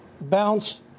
bounce